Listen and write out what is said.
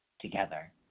together